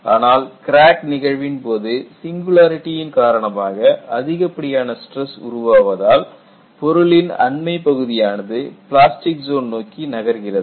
ஆனால் கிராக் நிகழ்வின்போது சிங்குலரிடியின் காரணமாக அதிகப்படியான ஸ்டிரஸ் உருவாவதால் பொருளின் அண்மை பகுதியானது பிளாஸ்டிக் ஜோன் நோக்கி நகர்கிறது